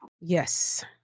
yes